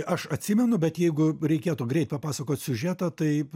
aš atsimenu bet jeigu reikėtų greit papasakot siužetą tai